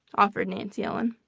offered nancy ellen.